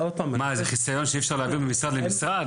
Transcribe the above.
מה, זה חיסיון שאי אפשר להעביר אותו ממשרד למשרד?